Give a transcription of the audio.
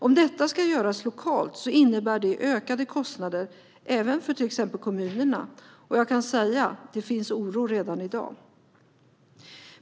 Om detta ska göras lokalt innebär det ökade kostnader även för till exempel kommunerna. Jag kan säga att det redan i dag finns oro. Fru talman!